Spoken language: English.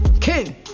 Ken